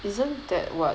isn't that what